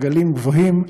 הגלים גבוהים.